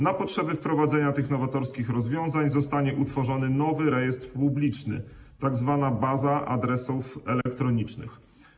Na potrzeby wprowadzenia tych nowatorskich rozwiązań zostanie utworzony nowy rejestr publiczny, tzw. baza adresów elektronicznych.